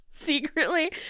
Secretly